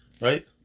Right